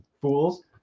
fools